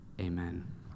amen